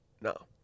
no